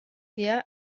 wir